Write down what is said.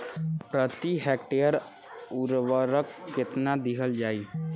प्रति हेक्टेयर उर्वरक केतना दिहल जाई?